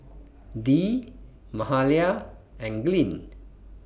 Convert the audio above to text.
Dee Mahalia and Glynn